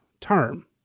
term